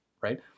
right